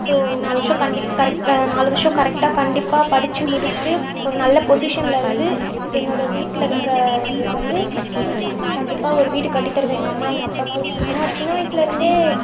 so நாலு வருஷம் கண்டிப்பாக கரெக் நாலு வருஷம் கரெக்டாக கண்டிப்பாக படித்து முடித்துட்டு ஒரு நல்ல பொசிஷன்லேருந்து என்னோடய வீட்டில் இருக்கிறவங்களுக்கு வந்து கண்டிப்பாக ஒரு வீடு கட்டித் தருவேன் எங்கள் அம்மா எங்கள் அப்பாவுக்கு ஏன்னால் சின்ன வயதுலருந்தே